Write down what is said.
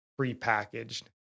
prepackaged